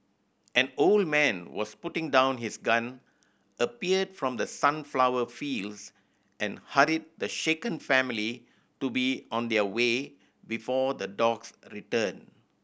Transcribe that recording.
an old man was putting down his gun appeared from the sunflower fields and hurried the shaken family to be on their way before the dogs return